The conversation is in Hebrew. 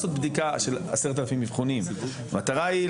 המטרה היא לעשות את המאץ' כמו שאתם תעשו עכשיו.